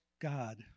God